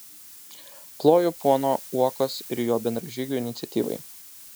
ploju pono uokos ir jo bendražygių iniciatyvai